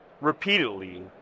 repeatedly